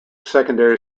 secondary